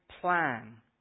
plan